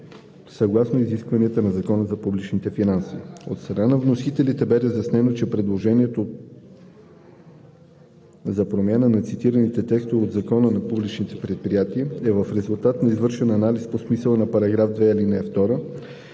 съгласно изискванията на Закона за публичните финанси. От страна на вносителите бе разяснено, че предложението за промяна на цитираните текстове от Закона за публичните предприятия е в резултат на извършен анализ по смисъла на § 2, ал. 2